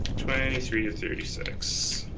twenty three of thirty six.